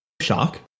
shock